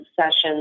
sessions